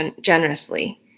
generously